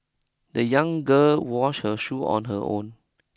the young girl wash her shoe on her own